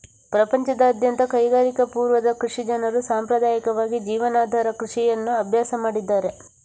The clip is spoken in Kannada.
ಪ್ರಪಂಚದಾದ್ಯಂತದ ಕೈಗಾರಿಕಾ ಪೂರ್ವದ ಕೃಷಿ ಜನರು ಸಾಂಪ್ರದಾಯಿಕವಾಗಿ ಜೀವನಾಧಾರ ಕೃಷಿಯನ್ನು ಅಭ್ಯಾಸ ಮಾಡಿದ್ದಾರೆ